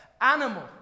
animal